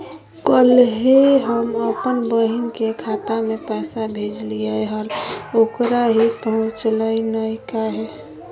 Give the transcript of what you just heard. कल्हे हम अपन बहिन के खाता में पैसा भेजलिए हल, ओकरा ही पहुँचलई नई काहे?